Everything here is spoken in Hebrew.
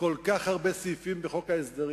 כל כך הרבה סעיפים בחוק ההסדרים.